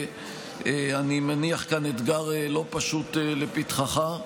ואני מניח כאן אתגר לא פשוט לפתחך.